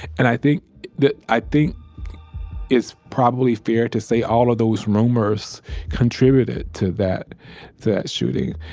and i think that, i think it's probably fair to say all of those rumors contributed to that that shooting.